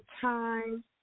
time